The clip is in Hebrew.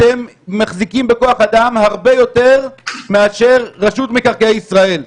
אתם מחזיקים בכוח אדם הרבה יותר גדול מאשר רשות מקרקעי ישראל.